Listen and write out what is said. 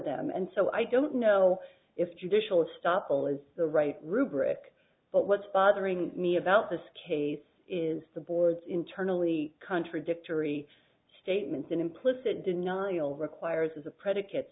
them and so i don't know if judicial stoppel is the right rubric but what's bothering me about this case is the board's internally contradictory statements an implicit denial requires a predicate